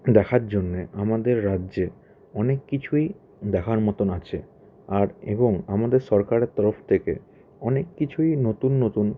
দেখার জন্য আমাদের রাজ্যে অনেক কিছুই দেখার মতন আছে আর এবং আমাদের সরকারের তরফ থেকে অনেক কিছুই নতুন নতুন